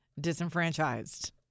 disenfranchised